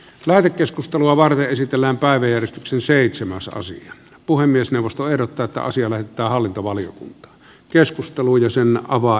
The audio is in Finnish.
lähetekeskustelua varten esitellään päivä ja sen seitsemän soosia puhemiesneuvosto ehdottaa että asia lähetetään hallintovaliokuntaan